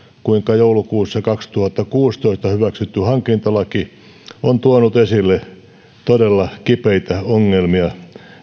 kuinka joulukuussa kaksituhattakuusitoista hyväksytty hankintalaki on tuonut esille todella kipeitä ongelmia